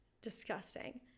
disgusting